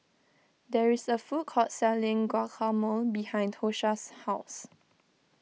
there is a food court selling Guacamole behind Tosha's house